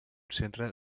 centre